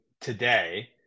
today